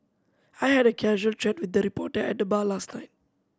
I had a casual chat with a reporter at the bar last night